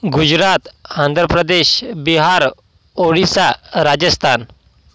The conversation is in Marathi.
गुजरात आंध्रप्रदेश बिहार ओडिसा राजस्थान